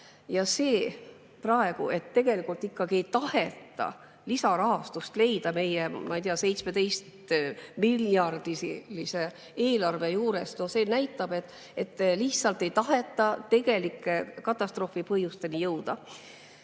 Ja see, et tegelikult ikkagi ei taheta lisarahastust leida meie 17-miljardilise eelarve juures, praegu näitab, et lihtsalt ei taheta katastroofi tegelike põhjusteni jõuda.